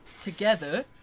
together